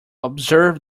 observe